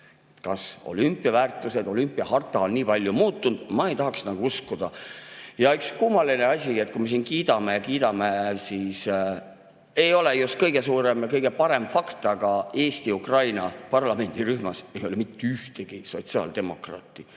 Kas olümpiaväärtused, olümpiaharta on nii palju muutunud? Ma ei tahaks nagu uskuda. Ja üks kummaline asi, et kui me siin kiidame ja kiidame, siis ei ole just kõige suurem ja kõige parem fakt, aga Eesti-Ukraina parlamendirühmas ei ole mitte ühtegi sotsiaaldemokraati.